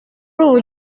ubu